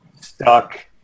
stuck